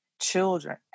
children